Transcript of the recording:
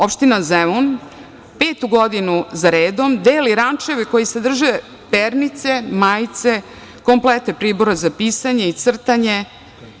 Opština Zemun petu godinu za redom deli rančeve koji sadrže pernice, majice, komplete pribora za pisanje i crtanje.